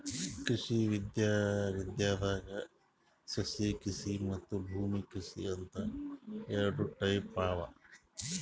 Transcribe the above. ಕೃಷಿ ವಿದ್ಯೆದಾಗ್ ಸಸ್ಯಕೃಷಿ ಮತ್ತ್ ಭೂಮಿ ಕೃಷಿ ಅಂತ್ ಎರಡ ಟೈಪ್ ಅವಾ